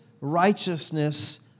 righteousness